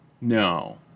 No